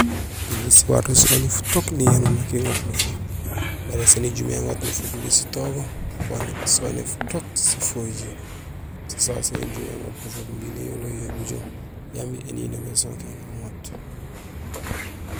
Injé siwato soni futook niyanuur nak iŋoot nufuk. Baré saan ijumé iŋoot imbi sitogoom, soni futook sifojiir. So sasé san ijumé iŋoot imbi niyoloyo bujoom jambi éninoom ésonkéén gaŋoot.